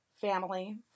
family